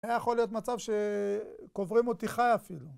היה יכול להיות מצב שקוברים אותי חי אפילו